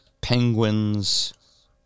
penguins